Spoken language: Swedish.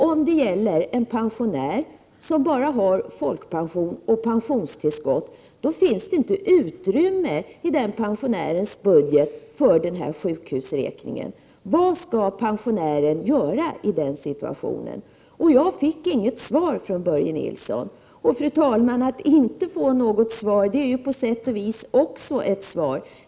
Om det gäller en pensionär som bara har folkpension och pensionstillskott finns det inte utrymme i den pensionärens budget för den här sjukhusräkningen. Vad skall pensionären göra i den situationen? Jag fick inget svar från Börje Nilsson. Att inte få något svar, fru talman, det är ju på sätt och vis också att få ett svar.